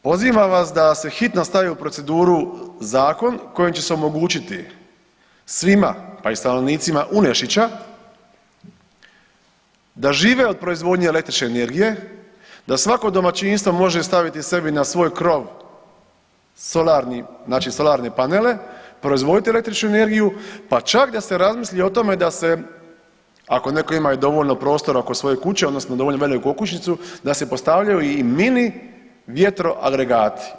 Pozivam vas da se hitno stavi u proceduru zakon kojim će se omogućiti svima, pa i stanovnicima Unešića da žive od proizvodnje električne energije, da svako domaćinstvo može staviti sebi na svoj krov solarni, znači solarne panele, proizvoditi električnu energiju, pa čak da se razmisli o tome da se, ako netko ima i dovoljno prostora oko svoje kuće, odnosno dovoljno veliku okućnicu, da se postavljaju i mini vjetro-agregati.